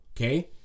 okay